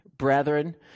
brethren